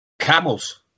camels